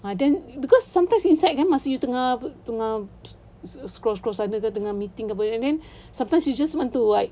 ah then cause sometimes inside kan masa you tengah tengah scroll scroll sana tengah tengah meeting ke apa and then sometimes you just want to wipe